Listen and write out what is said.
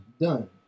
Done